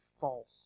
false